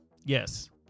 Yes